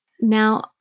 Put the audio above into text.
Now